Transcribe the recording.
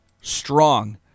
strong